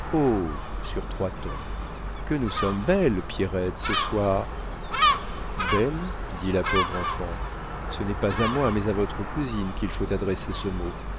sur trois tons que nous sommes belle pierrette ce soir belle dit la pauvre enfant ce n'est pas à moi mais à votre cousine qu'il faut adresser ce mot